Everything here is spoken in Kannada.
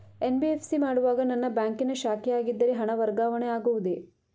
ಎನ್.ಬಿ.ಎಫ್.ಸಿ ಮಾಡುವಾಗ ನನ್ನ ಬ್ಯಾಂಕಿನ ಶಾಖೆಯಾಗಿದ್ದರೆ ಹಣ ವರ್ಗಾವಣೆ ಆಗುವುದೇ?